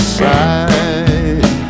side